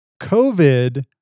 COVID